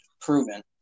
proven